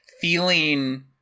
feeling